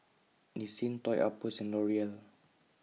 Nissin Toy Outpost and L'Oreal